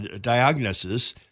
diagnosis